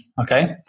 okay